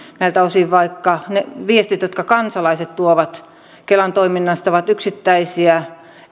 näiltä osin vaikka ne viestit jotka kansalaiset tuovat kelan toiminnasta ovat yksittäisiä